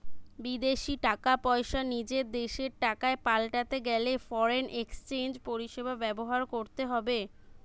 বিদেশী টাকা পয়সা নিজের দেশের টাকায় পাল্টাতে গেলে ফরেন এক্সচেঞ্জ পরিষেবা ব্যবহার করতে হবে